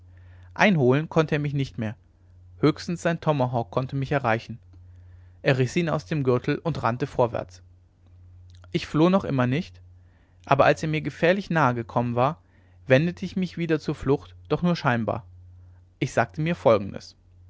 einholen konnte er mich nicht mehr höchstens sein tomahawk konnte mich erreichen er riß ihn aus dem gürtel und rannte vorwärts ich floh noch immer nicht aber als er mir gefährlich nahe gekommen war wendete ich mich wieder zur flucht doch nur scheinbar ich sagte mir folgendes